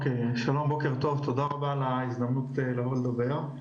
תודה רבה על ההזדמנות לבוא ולדבר.